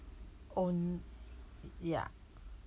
on~ ya